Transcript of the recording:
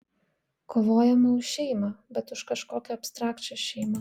kovojama už šeimą bet už kažkokią abstrakčią šeimą